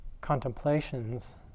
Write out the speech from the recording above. contemplations